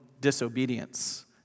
disobedience